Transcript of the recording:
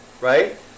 right